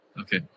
Okay